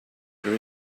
there